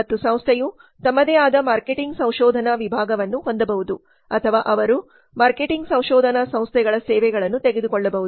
ಮತ್ತು ಸಂಸ್ಥೆಯು ತಮ್ಮದೇ ಆದ ಮಾರ್ಕೆಟಿಂಗ್ ಸಂಶೋಧನಾ ವಿಭಾಗವನ್ನು ಹೊಂದಬಹುದು ಅಥವಾ ಅವರು ಮಾರ್ಕೆಟಿಂಗ್ ಸಂಶೋಧನಾ ಸಂಸ್ಥೆಗಳ ಸೇವೆಗಳನ್ನು ತೆಗೆದುಕೊಳ್ಳಬಹುದು